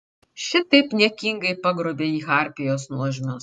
šitaip niekingai pagrobė jį harpijos nuožmios